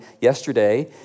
yesterday